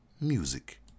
music